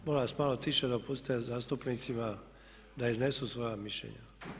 Molim vas malo tiše, dopustite zastupnicima da iznesu svoja mišljenja.